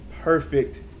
perfect